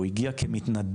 הוא הגיע כמתנדב